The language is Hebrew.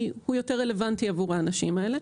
כי הוא יותר רלוונטי עבור האנשים האלה.